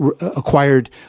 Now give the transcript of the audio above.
acquired